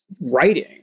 writing